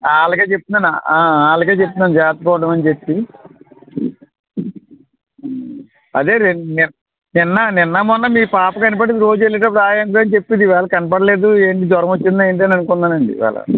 వాళ్ళకే చెప్తున్నాను వాళ్ళకే చెప్తున్నాను జాగ్రత్తగా ఉండమని చెప్పి అదే నే నిన్న నిన్న మొన్న మీ పాప కనబడేది వెళ్ళేటప్పుడు హాయ్ అంకుల్ అని చెప్పది ఈవేళ కనబడ లేదు ఏంటి జ్వరం వచ్చిందా ఏంటి అని అనుకున్నానండి ఈవేళ